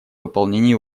выполнении